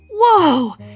Whoa